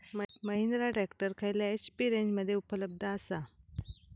Mahindra tractor खयल्या HP रेंजमध्ये उपलब्ध आसा?